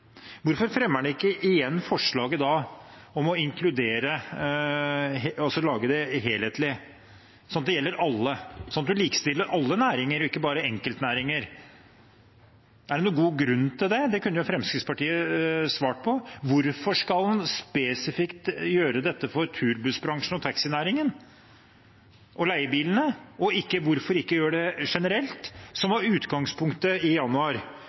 Hvorfor fremmer en ikke da igjen forslaget om å lage det helhetlig, sånn at det gjelder alle, ikke bare enkeltnæringer, sånn at en likestiller alle næringer? Er det noen god grunn til det? Det kunne jo Fremskrittspartiet svart på. Hvorfor skal en spesifikt gjøre dette for turbussbransjen og taxinæringen og leiebilene? Hvorfor ikke gjøre det generelt, som var utgangspunktet i januar?